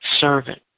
servant